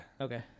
Okay